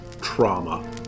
trauma